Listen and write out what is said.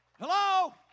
Hello